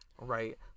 right